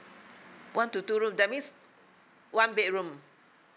one to two room that means one bedroom